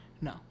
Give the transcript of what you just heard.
No